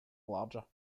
larger